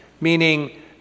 meaning